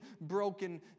broken